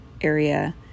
area